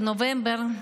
בנובמבר,